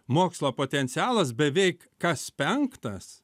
mokslo potencialas beveik kas penktas